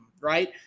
right